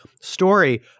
story